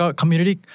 community